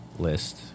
list